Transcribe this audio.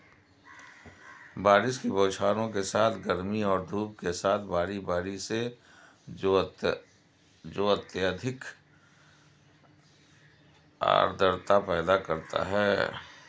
बारिश की बौछारों के साथ गर्मी और धूप के साथ बारी बारी से जो अत्यधिक आर्द्रता पैदा करता है